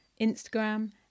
Instagram